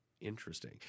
Interesting